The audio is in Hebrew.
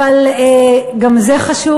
אבל גם זה חשוב.